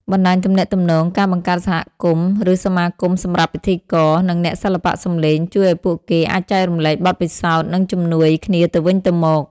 បណ្ដាញទំនាក់ទំនង ការបង្កើតសហគមន៍ ឬសមាគមសម្រាប់ពិធីករ និងអ្នកសិល្បៈសំឡេងជួយឲ្យពួកគេអាចចែករំលែកបទពិសោធន៍ និងជំនួយគ្នាទៅវិញទៅមក។